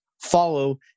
follow